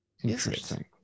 interesting